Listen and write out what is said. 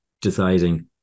deciding